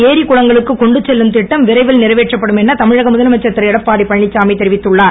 ஏரி குளங்களுக்கு கொண்டுசெல்லும் திட்டம் விரைவில் நிறைவேற்றப்படும் என தமிழக முதலமைச்சர் திருஎடப்பாடியழனிச்சாமி தெரிவித்துள்ளார்